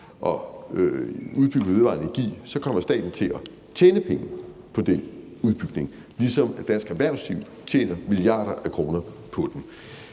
og udbygge vedvarende energi, kommer staten til at tjene penge på den udbygning, ligesom dansk erhvervsliv tjener milliarder af kroner på den.